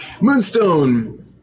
Moonstone